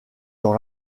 dans